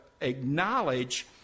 acknowledge